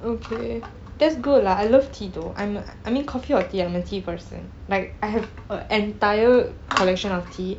okay that's good lah I love tea though I'm I mean coffee or tea I'm a person like I have a entire collection of tea